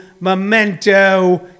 memento